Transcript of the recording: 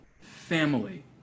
Family